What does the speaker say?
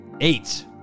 eight